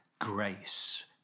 grace